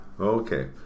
Okay